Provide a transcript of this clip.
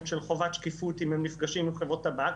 של חובת שקיפות אם הם נפגשים עם חברות טבק.